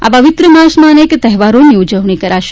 આ પવિત્ર માસમાં અનેક તહેવારોની ઉજવણી કરાશે